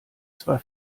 zwar